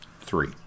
Three